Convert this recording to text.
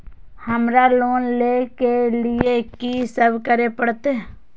हमरा लोन ले के लिए की सब करे परते?